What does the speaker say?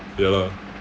ya lah